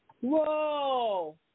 whoa